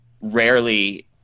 rarely